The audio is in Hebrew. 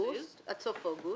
עד סוף אוגוסט .